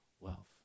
Wealth